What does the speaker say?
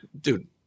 dude